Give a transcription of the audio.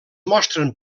mostren